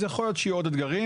אז יכול להיות שיהיו עוד אתגרים.